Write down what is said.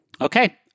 Okay